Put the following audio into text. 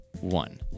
one